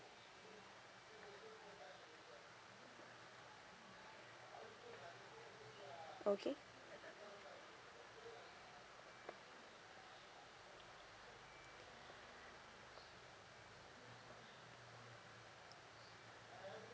okay